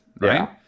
right